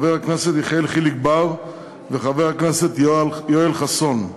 חבר הכנסת יחיאל חיליק בר וחבר הכנסת יואל חסון.